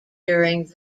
during